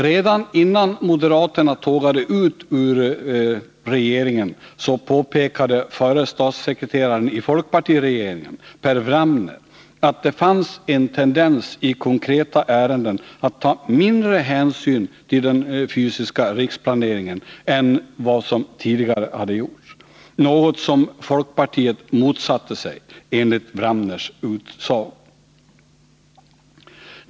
Redan innan moderaterna tågade ut ur regeringen påpekade förre statssekreteraren i folkpartiregeringen Per Wramner, att det fanns en tendens att i konkreta ärenden ta mindre hänsyn till den fysiska riksplaneringen än vad som tidigare hade gjorts — något som folkpartiet motsatte sig, enligt Wramners utsago.